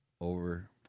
over